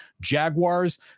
Jaguars